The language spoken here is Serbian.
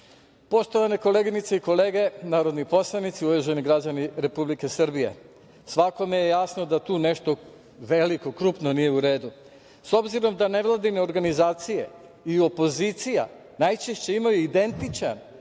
većine. Poštovane koleginice i kolege, narodni poslanici, uvaženi građani Republike Srbije, svakome je jasno da tu nešto veliko krupno nije u redu. S obzirom da nevladine organizacije i opozicija najčešće imaju identičan,